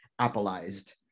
Appleized